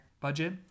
budget